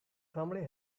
family